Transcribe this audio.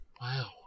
Wow